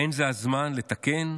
האין זה הזמן לתקן?